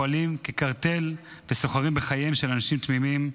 פועלים כקרטל וסוחרים בחייהם של אנשים תמימים,